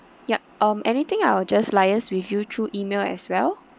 yup um anything I will just liaise with you through email as well